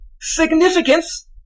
significance